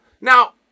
now